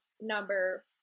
number